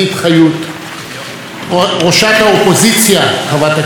ראשת האופוזיציה חברת הכנסת ציפי לבני,